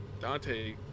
Dante